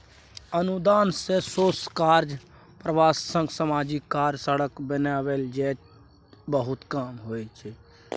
अनुदान सँ शोध कार्य, प्रकाशन, समाजिक काम, सड़क बनेनाइ जेहन बहुते काम होइ छै